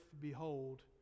behold